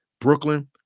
Brooklyn